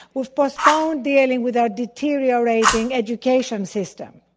we've postponed dealing with our deteriorating education system.